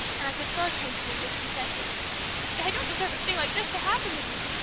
and i feel so ashamed of being discontented and i don't deserve a thing like this to happen to me!